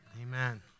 Amen